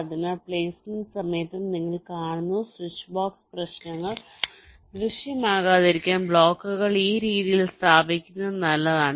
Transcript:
അതിനാൽ പ്ലെയ്സ്മെന്റ് സമയത്തും നിങ്ങൾ കാണുന്നു സ്വിച്ച്ബോക്സ് പ്രശ്നങ്ങൾ ദൃശ്യമാകാതിരിക്കാൻ ബ്ലോക്കുകൾ ഈ രീതിയിൽ സ്ഥാപിക്കുന്നത് നല്ലതാണ്